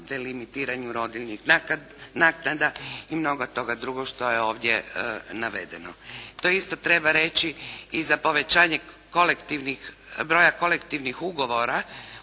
delimitiranju rodiljnih naknada i mnogo toga drugog što je ovdje navedeno. To isto treba reći i za povećanje broja kolektivnih ugovora